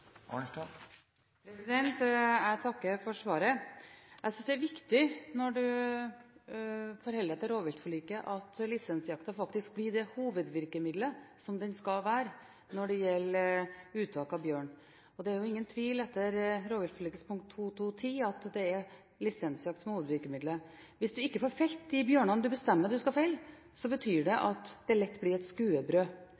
Jeg takker for svaret. Jeg synes det er viktig når en forholder seg til rovviltforliket, at lisensjakta faktisk blir det hovedvirkemidlet som det skal være når det gjelder uttak av bjørn, for det er ingen tvil om at det etter rovviltforlikets punkt 2.2.10 er lisensjakt som er hovedvirkemidlet. Hvis en ikke får felt de bjørnene en bestemmer at en skal felle, betyr det